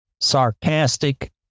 sarcastic